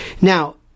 Now